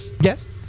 Yes